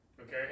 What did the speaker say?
Okay